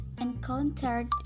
encountered